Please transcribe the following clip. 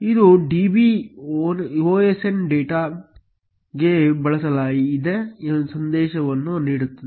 ಇದು db osndata ಗೆ ಬದಲಾಯಿಸಿದ ಸಂದೇಶವನ್ನು ನೀಡುತ್ತದೆ